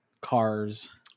cars